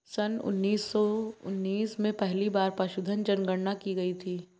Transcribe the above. सन उन्नीस सौ उन्नीस में पहली बार पशुधन जनगणना की गई थी